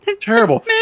Terrible